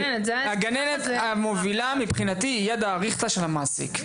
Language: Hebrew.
הגננת המובילה, מבחינתי היא ידה הארוכה של המעסיק.